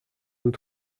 nous